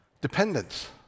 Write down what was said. Dependence